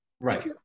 right